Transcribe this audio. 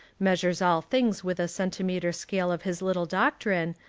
measures all things with a centimetre scale of his little doctrine,